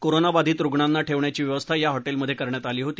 कोरोनाबाधित रुग्णांना ठेवण्याची व्यवस्था या हॉटेलमधे करण्यात आली होती